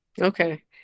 Okay